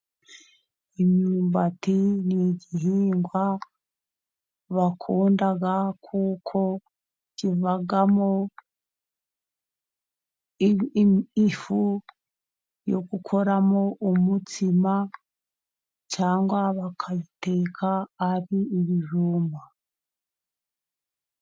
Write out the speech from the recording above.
Imyumbati ni igihingwa bakunda kuko kivamo ifu yo gukoramo umutsima, cyangwa bakayiteka ari ibijumba.